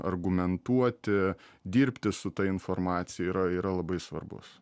argumentuoti dirbti su ta informacija yra yra labai svarbus